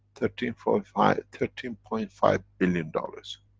thirteen-four-five, thirteen point five billion dollars.